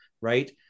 right